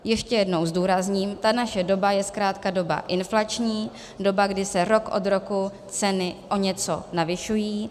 Ještě jednou zdůrazním, naše doba je zkrátka doba inflační, doba, kdy se rok od roku ceny o něco navyšují.